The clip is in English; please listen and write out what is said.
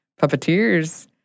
puppeteers